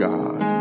God